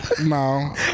No